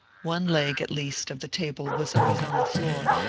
one leg, at least, of the table was always on the floor,